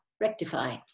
rectify